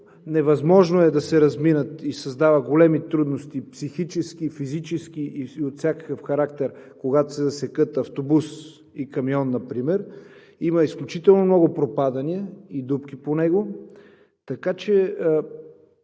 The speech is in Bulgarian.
невъзможно е да се разминат и създава големи трудности – психически, физически и от всякакъв характер, когато се засекат автобус и камион например, има изключително много пропадания и дупки по него.